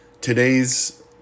today's